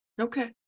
Okay